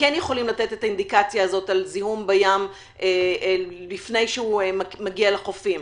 שכן יכולים לתת את האינדיקציה הזאת על זיהום בים לפני שהוא מגיע לחופים.